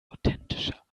authentischer